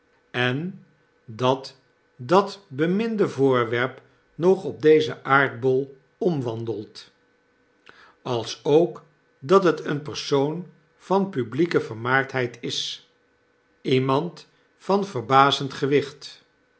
en dat dat beminde voorwerp nog op dezen aardbol omwandelt alsook dat het een persoon van publieke vermaardheid is iemand van verbazend gewicht